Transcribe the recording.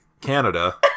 canada